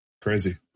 Crazy